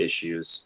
issues